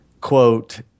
quote